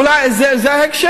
אולי זה ההקשר.